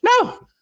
No